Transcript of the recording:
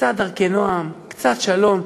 קצת דרכי נועם, קצת שלום.